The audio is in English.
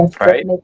Right